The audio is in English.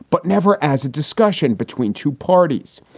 but never as a discussion between two parties.